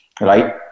right